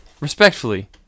Respectfully